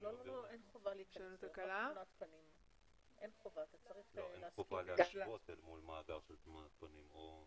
שזה בעצם אימות אל מול תעודה.